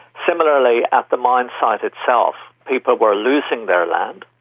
similarly, at the mine site itself people were losing their land,